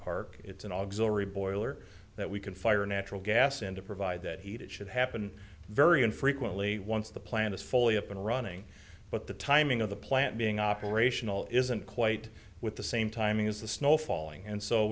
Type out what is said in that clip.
park it's an auxiliary boiler that we can fire natural gas in to provide that heat it should happen very infrequently once the plant is fully up and running but the timing of the plant being operational isn't quite with the same timing as the snow falling and so